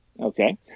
Okay